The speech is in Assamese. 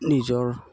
নিজৰ